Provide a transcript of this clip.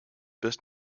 best